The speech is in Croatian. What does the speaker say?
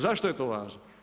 Zašto je to važno?